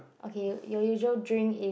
okay your your usual drink is